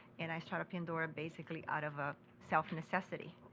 and i started pandora basically out of a self-necessity.